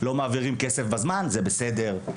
לא מעבירים כסף בזמן זה בסדר,